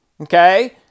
Okay